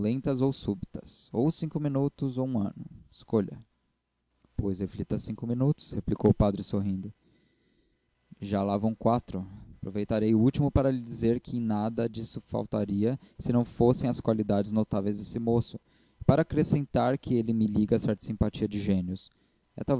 súbitas ou cinco minutos ou um ano escolha pois reflita cinco minutos replicou o padre sorrindo já lá vão quatro aproveitarei o último para lhe dizer que em nada disto falaria se não fossem as qualidades notáveis desse moço e para acrescentar que a ele me liga certa simpatia de gênios